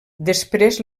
després